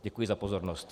Děkuji za pozornost.